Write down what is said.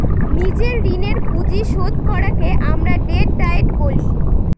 নিজের ঋণের পুঁজি শোধ করাকে আমরা ডেট ডায়েট বলি